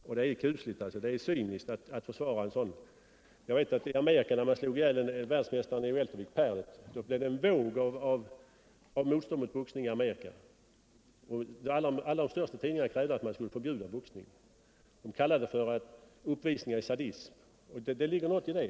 Det här är kusligt, och det är cyniskt att försvara något sådant. Jag vet att när man slog ihjäl världsmästaren i weltervikt, Paret, blev det en våg av motstånd mot boxning i Amerika, och alla de största tid Nr 110 ningarna krävde att den skulle förbjudas. De kallade den en uppvisning Onsdagen den av sadism, och det ligger något i det.